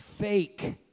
fake